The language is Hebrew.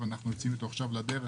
אנחנו יוצאים עכשיו לדרך.